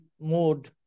mode